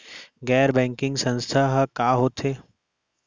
गैर बैंकिंग संस्था ह का होथे?